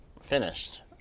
Finished